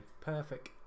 perfect